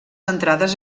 entrades